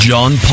John